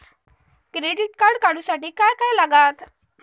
Credit card काढूसाठी काय काय लागत?